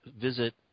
visit